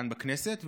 כאן בכנסת,